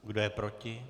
Kdo je proti?